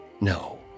no